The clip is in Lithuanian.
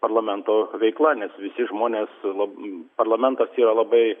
parlamento veikla nes visi žmonės la parlamentas yra labai